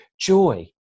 joy